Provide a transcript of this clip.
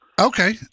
Okay